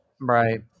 Right